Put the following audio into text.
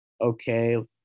okay